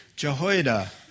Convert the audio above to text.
Jehoiada